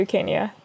Kenya